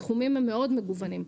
התחומים הם מאוד מגוונים,